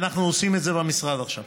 ואנחנו עושים את זה במשרד עכשיו,